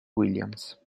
williams